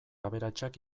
aberatsak